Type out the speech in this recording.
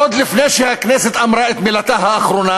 עוד לפני שהכנסת אמרה את מילתה האחרונה.